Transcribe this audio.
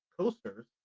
coasters